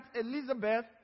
Elizabeth